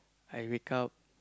I wake up